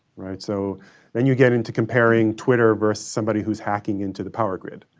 right? so then you get into comparing twitter versus somebody who's hacking into the power grid,